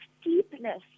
steepness